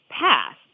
passed